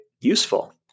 useful